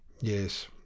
Yes